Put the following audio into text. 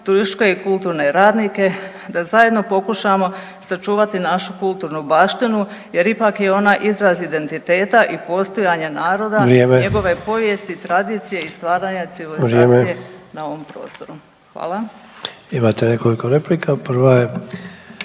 turističke i kulturne radnike da zajedno pokušamo sačuvati našu kulturnu baštinu jer ipak je ona izraz identiteta i postojanja naroda …/Upadica: Vrijeme./… njegove povijesti, tradicije i stvaranja civilizacije …/Upadica: Vrijeme./… na ovom prostoru. Hvala.